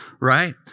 right